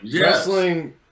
wrestling